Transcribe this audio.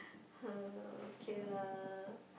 !huh! okay lah